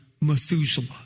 Methuselah